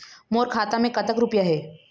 मोर खाता मैं कतक रुपया हे?